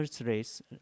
race